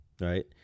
right